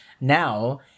now